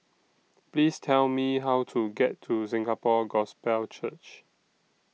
Please Tell Me How to get to Singapore Gospel Church